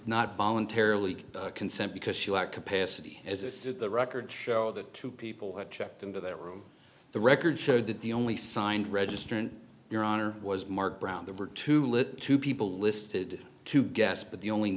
not voluntarily consent because she lacked capacity as is it the records show that two people had checked into their room the records showed that the only signed register in your honor was mark brown there were two little two people listed to guess but the only